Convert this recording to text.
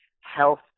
health